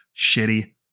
shitty